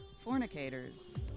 fornicators